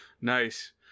nice